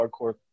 hardcore